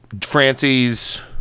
Francie's